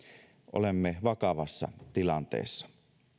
olemme vakavassa tilanteessa